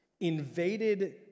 Invaded